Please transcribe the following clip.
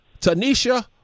Tanisha